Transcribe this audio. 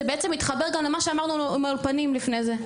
זה בעצם מתחבר גם למה שאמרנו על האולפנים לפני זה,